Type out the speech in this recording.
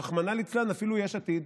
רחמנא ליצלן, אפילו יש עתיד,